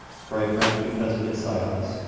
fragrant because of its silence,